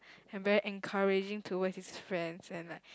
and very encouraging towards his friends and like